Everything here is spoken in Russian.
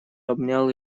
обнял